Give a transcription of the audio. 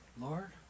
Lord